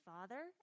Father